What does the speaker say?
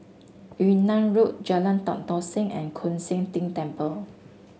Yunnan Road Jalan Tan Tock Seng and Koon Seng Ting Temple